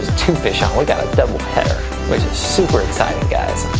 two fish on. we got a double header, which is super exciting guys.